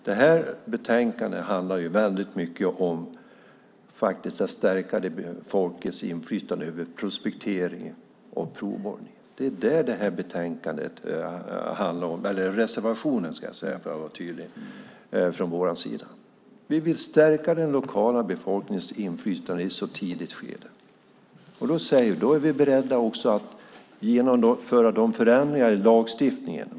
Det här betänkandet handlar väldigt mycket om att stärka folkets inflytande över prospektering och provborrning. Det är vad reservationen handlar om. Vi vill stärka den lokala befolkningens inflytande i ett tidigt skede. Vi säger att vi är beredda att genomföra förändringar i lagstiftningen.